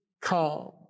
calm